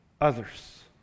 others